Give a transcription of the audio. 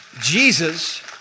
Jesus